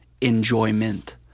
enjoyment